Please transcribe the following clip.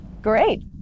Great